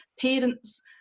Parents